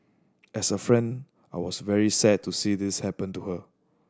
as a friend I was very sad to see this happen to her